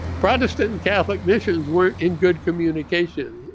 protestant, and catholic missions, weren't in good communication.